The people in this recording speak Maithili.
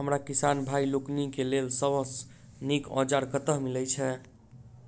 हमरा किसान भाई लोकनि केँ लेल सबसँ नीक औजार कतह मिलै छै?